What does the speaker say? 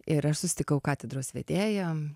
ir aš susitikau katedros vedėją